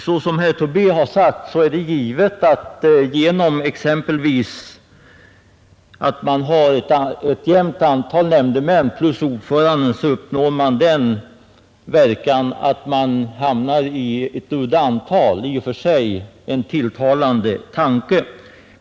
Som herr Tobé har sagt är det givet att om man har ett jämnt antal nämndemän plus ordföranden får man ett udda antal, en i och för sig tilltalande tanke.